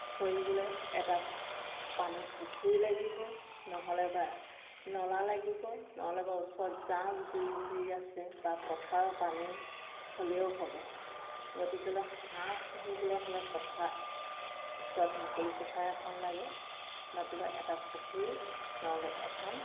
চৰিবলৈ এটা পানী পুখুৰী লাগিব নহ'লে বা নলা লাগিব নহ'লে বা ওচৰত জান জুৰি যি আছে বা পথাৰৰ পানী হ'লেও হ'ব গতিকেলৈ হাঁহ পুহিবলৈ হ'লে পথাৰ ওচৰত মুকলি পথাৰ এখন লাগে নতুবা এটা পুখুৰী নহ'লে এখন